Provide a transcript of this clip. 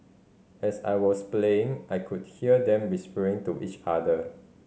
as I was playing I could hear them whispering to each other